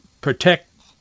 protect